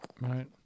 Right